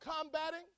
combating